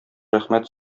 рәхмәт